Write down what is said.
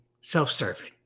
self-serving